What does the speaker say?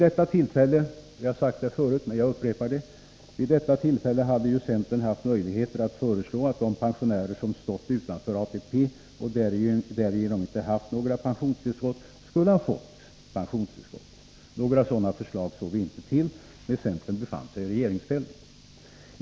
Jag har sagt detta förut, men jag upprepar det: Vid detta tillfälle hade ju centern haft möjlighet att föreslå att de pensionärer som stått utanför ATP och därigenom inte haft något pensionstillskott skulle ha fått sådant. Några sådana förslag såg vi emellertid inte till när centern befann sig i regeringsställning.